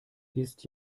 ist